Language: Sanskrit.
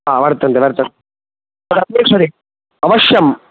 हा वर्तन्ते वर्तन्ते अवश्यम्